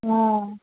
ओ